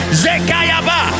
zekayaba